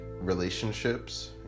relationships